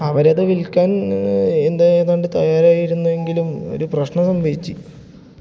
അവരതു വിൽക്കാൻ എന്ത് ഏതാണ്ട് തയ്യാറായിരുന്നുവെങ്കിലും ഒരു പ്രശ്നം സംഭവിച്ചു